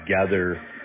together